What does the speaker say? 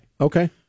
Okay